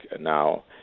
now